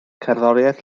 cerddoriaeth